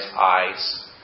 eyes